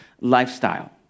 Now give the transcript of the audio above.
lifestyle